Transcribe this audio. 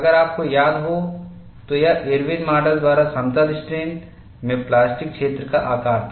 अगर आपको याद हो तो यह इरविनIRWIN'S मॉडल द्वारा समतल स्ट्रेन में प्लास्टिक क्षेत्र का आकार था